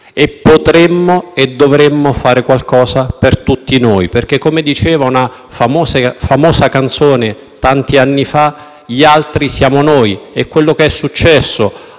Potremmo e dovremmo fare qualcosa per tutti noi, perché come diceva una famosa canzone tanti anni fa «gli altri siamo noi» e quello che è successo